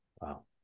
Wow